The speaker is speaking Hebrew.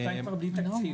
שנתיים כבר בלי תקציב.